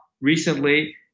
recently